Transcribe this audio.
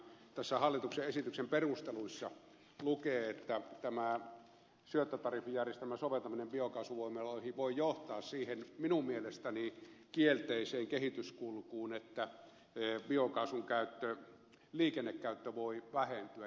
tässä hallituksen esityksen perusteluissa lukee että tämä syöttötariffijärjestelmän soveltaminen biokaasuvoimaloihin voi johtaa siihen minun mielestäni kielteiseen kehityskulkuun että biokaasun liikennekäyttö voi vähentyä